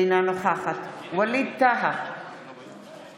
אינה נוכחת ווליד טאהא,